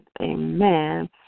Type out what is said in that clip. amen